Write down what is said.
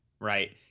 right